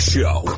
Show